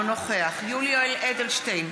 נוכח יולי יואל אדלשטיין,